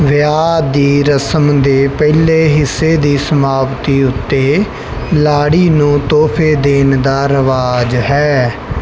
ਵਿਆਹ ਦੀ ਰਸਮ ਦੇ ਪਹਿਲੇ ਹਿੱਸੇ ਦੀ ਸਮਾਪਤੀ ਉੱਤੇ ਲਾੜੀ ਨੂੰ ਤੋਹਫ਼ੇ ਦੇਣ ਦਾ ਰਿਵਾਜ਼ ਹੈ